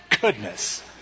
goodness